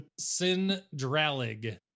Sindralig